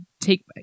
take